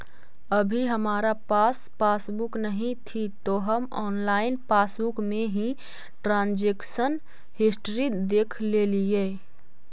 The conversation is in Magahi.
अभी हमारा पास पासबुक नहीं थी तो हम ऑनलाइन पासबुक में ही ट्रांजेक्शन हिस्ट्री देखलेलिये